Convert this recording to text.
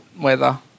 weather